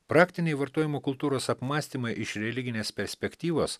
praktiniai vartojimo kultūros apmąstymai iš religinės perspektyvos